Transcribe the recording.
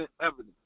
evidence